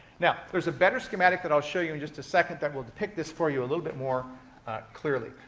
now, there's a better schematic that i'll show you in just a second that will depict this for you a little bit more clearly.